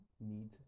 need